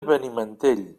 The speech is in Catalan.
benimantell